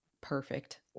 perfect